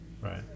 Right